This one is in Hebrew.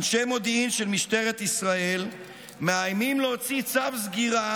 אנשי מודיעין של משטרת ישראל מאיימים להוציא צו סגירה